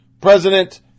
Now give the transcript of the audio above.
President